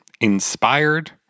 inspired